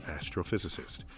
astrophysicist